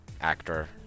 actor